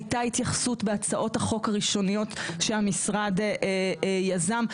הייתה התייחסות בהצעות החוק הראשוניות שהמשרד יזם.